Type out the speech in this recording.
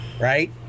right